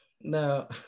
No